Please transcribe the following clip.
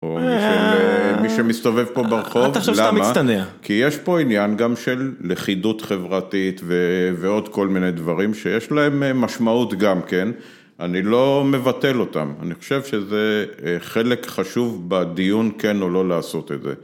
או מי שמסתובב פה ברחוב. אתה עכשיו סתם מצטנע. למה? כי יש פה עניין גם של לכידות חברתית ועוד כל מיני דברים שיש להם משמעות גם, כן? אני לא מבטל אותם. אני חושב שזה חלק חשוב בדיון כן או לא לעשות את זה.